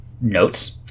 notes